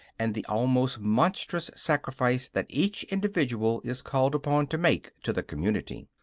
and the almost monstrous sacrifice that each individual is called upon to make to the community.